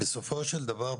בסופו של דבר,